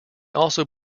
also